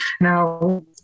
now